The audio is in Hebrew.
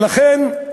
ולכן,